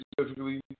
specifically